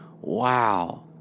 wow